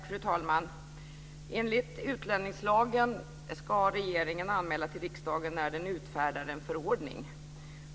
Fru talman! Enligt utlänningslagen ska regeringen anmäla till riksdagen när den utfärdar en förordning.